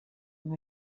amb